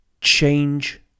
change